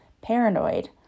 paranoid